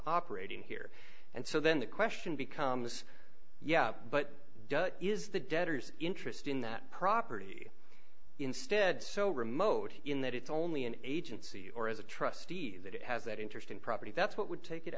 operating here and so then the question becomes yeah but does is the debtors interest in that property instead so remote in that it's only an agency or as a trustee that it has that interesting property that's what would take it